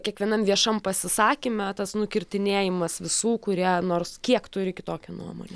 kiekvienam viešam pasisakyme tas nukirtinėjimas visų kurie nors kiek turi kitokią nuomonę